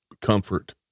comfort